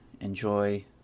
enjoy